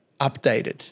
updated